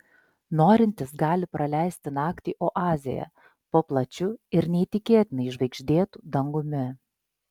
norintys gali praleisti naktį oazėje po plačiu ir neįtikėtinai žvaigždėtu dangumi